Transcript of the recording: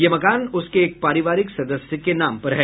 यह मकान उसके एक पारिवारिक सदस्य के नाम पर है